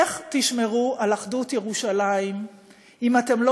איך תשמרו על אחדות ירושלים אם אתם לא